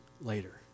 later